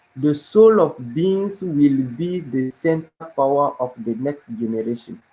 the soul of beings will be the center power of the next generation.